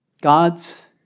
God's